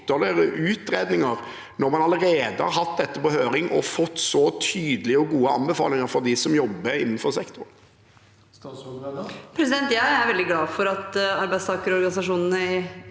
ytterligere utredninger, når man allerede har hatt dette på høring og fått så tydelige og gode anbefalinger fra dem som jobber innenfor sektoren? Statsråd Tonje Brenna Jeg er veldig glad for at arbeidstakerorganisasjonene i